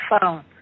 phone